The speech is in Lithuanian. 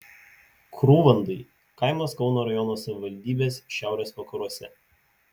krūvandai kaimas kauno rajono savivaldybės šiaurės vakaruose